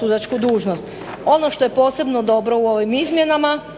sudačku dužnost. Ono što je posebno dobro u ovim izmjenama